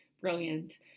brilliant